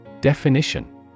Definition